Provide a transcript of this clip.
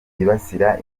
byibasira